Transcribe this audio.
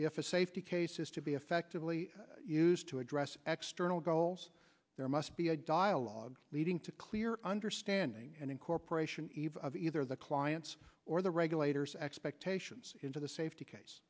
if a safety case is to be effectively used to address extra no goals there must be a dialogue leading to clear understanding and incorporation eve of either the clients or the regulators expectations into the safety case